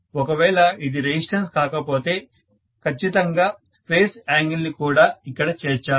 ఒకవేళ ఇది రెసిస్టివ్ కాకపోతే ఖచ్చితంగా ఫేజ్ యాంగిల్ ని కూడా ఇక్కడ చేర్చాలి